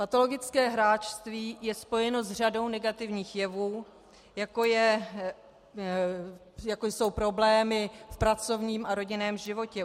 Patologické hráčství je spojeno s řadou negativních jevů, jako jsou problémy v pracovním a rodinném životě.